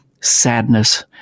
sadness